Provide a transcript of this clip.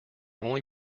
only